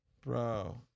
Bro